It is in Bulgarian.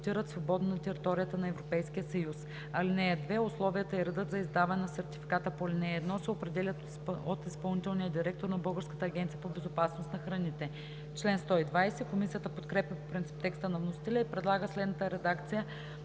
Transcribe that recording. съюз. (2) Условията и редът за издаване на сертификата по ал. 1 се определят от изпълнителния директор на Българската агенция по безопасност на храните.“ Комисията подкрепя по принцип текста на вносителя и предлага следната редакция